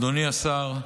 אדוני השר,